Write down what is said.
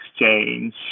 exchange